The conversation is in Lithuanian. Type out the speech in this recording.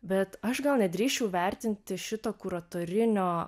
bet aš gal nedrįsčiau vertinti šito kuratorinio